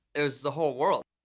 it was the whole world.